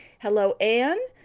hello, ann.